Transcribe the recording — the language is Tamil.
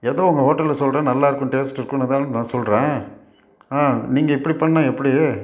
எது உங்கள் ஹோட்டலில் சொல்கிறேன் நல்லாயிருக்கும் டேஸ்ட் இருக்குதுதானே நான் சொல்கிறேன் ஆ நீங்கள் இப்படி பண்ணிணா எப்படி